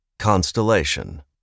constellation